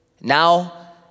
Now